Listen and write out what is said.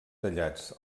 tallats